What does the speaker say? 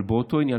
אבל באותו עניין,